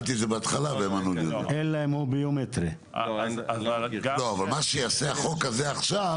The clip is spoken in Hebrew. לא, אבל מה שיעשה החוק הזה עכשיו,